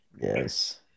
Yes